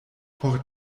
por